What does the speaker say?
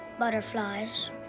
butterflies